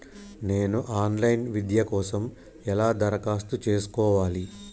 నేను online విద్య కోసం ఎలా దరఖాస్తు చేసుకోవాలి?